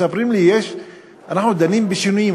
מספרים לי: אנחנו דנים בשינויים.